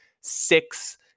six